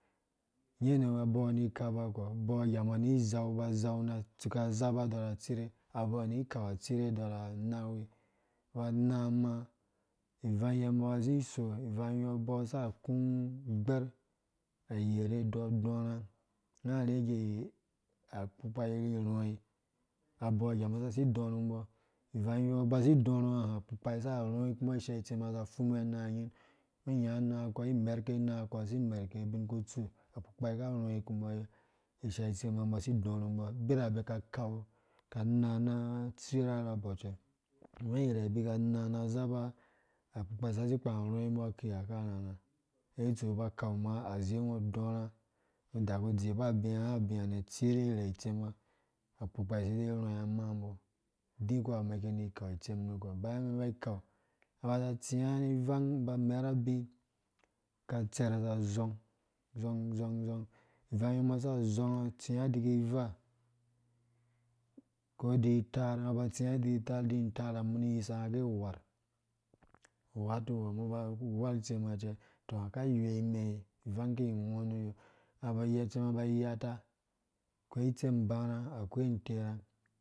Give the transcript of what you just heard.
Uyende wambɔ kani ikeba nu kpɔ abɔɔ igambɔ ni zau abaa zau na atsuka azaba dɔɔrha atsire, abɔɔ ni ikau atsire dɔrha amahe aba ana amaa, ivang yɛ umbɔ ka azi iso ivangyɔ abɔɔ sa akú gbɛr ayɛrhe dɔ dɔrha unga avege akpukpai irhirhɔi abɔɔsa aku gbɛr ayerhe dodorha unga avege akpukpai ivirhɔi, abɔɔ igambɔ si idɔrhu mbɔ, ivangyɔ ungo ubasi idɔrhu ugo akpukpai saka arhikumbi ishaa itsem aza afumuwe anang nying ungo inya amanga kɔ ai imɛrh ke amanga kɔɔ si imɛrhke ubi ukutsi akpukpai ka aɛhikumbɔ ishaaitem umbɔ si idɔ rhimbɔ birhɛ ka kau, ka na na atsire rakɔ cɛ ama irhɛɛ bika na na azaba, akpukpai sasi ikpan arhɔimbɔ aki ha karharha ngge itsu ungo uba ukau umaa azei ungo udɔrha mu udaku udziba abi na abia nɛ atsire irhɛɛ itsem, akpukpai side arhɔi amaa mbɔ, udikpu ha umɛn iki ni ikau itsem nukɔ, baya umɛn iba ikau, unga aba amɛrha ubii katserh za a zhɔngi zhɔng zhɔng zhɔng ivangɔ umbɔ asaka azhɔng unga atsia idikivaa ko idikitaar, idi untaar ha unga aba atsia idiki ataar, idi untaar ha uwartuwɔ umbɔ aba awar itsema tɔ unga ko woyi imɛ ivang ki iwɔɔ nu yɔ, unga ba ayɔ cɛ mbɔ ba ayata, akoi itsem ubarha akoi unterha